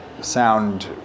sound